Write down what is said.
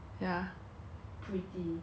pretty gross